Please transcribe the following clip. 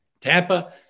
Tampa